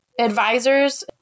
Advisors